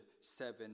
seven